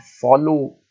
follow